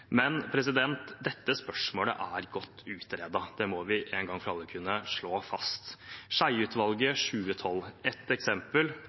Men dette spørsmålet er godt utredet – det må vi en gang for alle kunne slå fast. Skjeie-utvalget fra 2012 er ett eksempel